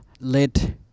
let